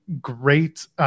great